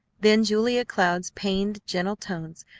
then julia cloud's pained, gentle tones,